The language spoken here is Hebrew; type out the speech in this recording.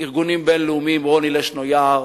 ארגונים בין-לאומיים רוני לשנו-יער